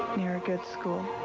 near a good school.